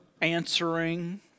answering